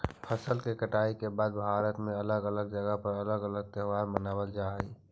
फसल के कटाई के बाद भारत में अलग अलग जगह पर अलग अलग त्योहार मानबल जा हई